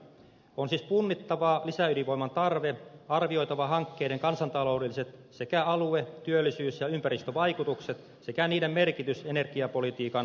on siis punnittava lisäydinvoiman tarve arvioitava hankkeiden kansantaloudelliset sekä alue työllisyys ja ympäristövaikutukset sekä niiden merkitys energiapolitiikan kokonaisuuteen